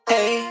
Hey